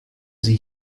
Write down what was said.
sie